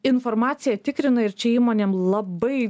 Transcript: informaciją tikrina ir čia įmonėm labai